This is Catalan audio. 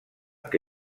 que